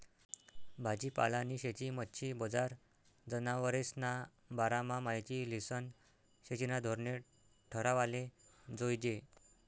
भाजीपालानी शेती, मच्छी बजार, जनावरेस्ना बारामा माहिती ल्हिसन शेतीना धोरणे ठरावाले जोयजे